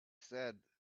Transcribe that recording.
said